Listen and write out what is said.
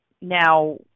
Now